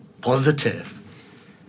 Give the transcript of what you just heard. positive